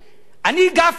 אני, גפני, נגד.